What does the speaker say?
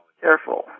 careful